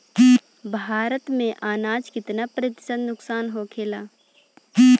भारत में अनाज कितना प्रतिशत नुकसान होखेला?